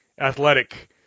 Athletic